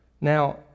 Now